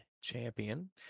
champion